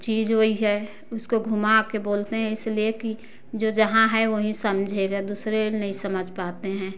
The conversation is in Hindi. चीज वही है उसको घूमा के बोलते हैं इसलिए कि जो जहाँ है वहीं समझेगा दूसरे नहीं समझ पाते हैं